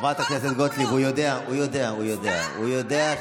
חברת הכנסת גוטליב, הוא יודע, הוא יודע, הוא יודע.